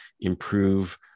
improve